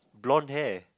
blonde hair